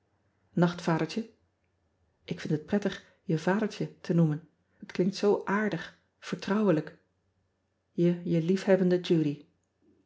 acht adertje k vind het prettig je adertje te noemen et klinkt zoo aardig vertrouwelijk e je liefhebbende udy